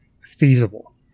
feasible